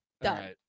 Done